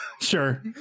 sure